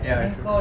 ya true